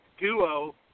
duo